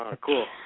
Cool